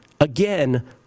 again